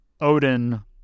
Odin